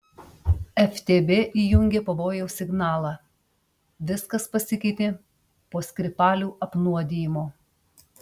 ftb įjungė pavojaus signalą viskas pasikeitė po skripalių apnuodijimo